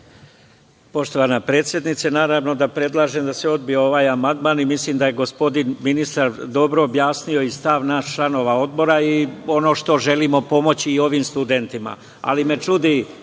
Poštovana predsednice, naravno da predlažem da se odbije ovaj amandman i mislim da je gospodin ministar dobro objasnio i stav naš članova Odbora i ono što želimo pomoći i ovim studentima, ali me čudi,